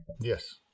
Yes